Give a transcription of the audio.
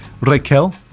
Raquel